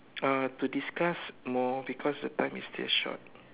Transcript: uh to discuss more because the time is still short